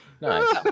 Nice